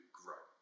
grow